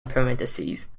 parentheses